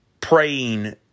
praying